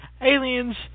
aliens